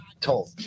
told